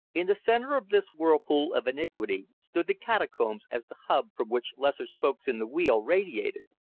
in the center of this whirlpool of iniquity stood the catacombs as the hub from which lesser spokes in the wheel radiated.